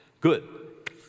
Good